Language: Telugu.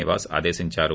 నివాస్ ఆదేశించారు